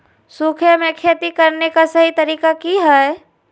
सूखे में खेती करने का सही तरीका की हैय?